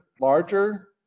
larger